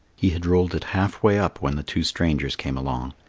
he had rolled it half way up when the two strangers came along.